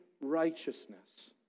righteousness